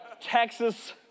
Texas